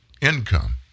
income